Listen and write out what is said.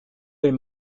les